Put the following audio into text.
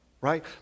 right